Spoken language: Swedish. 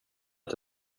att